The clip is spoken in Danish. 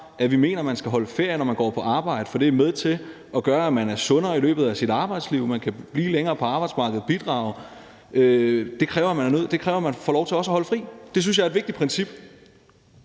at vi mener, man skal holde ferie, når man går på arbejde, for det er med til at gøre, at man er sundere i løbet af sit arbejdsliv, at man kan blive længere på arbejdsmarkedet og bidrage. Det kræver, at man får lov til også at holde fri. Det synes jeg er et vigtigt princip.